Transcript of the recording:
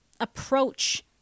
approach